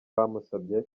bamusabye